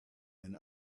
and